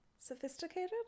Sophisticated